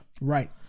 Right